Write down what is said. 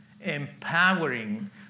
Empowering